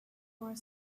more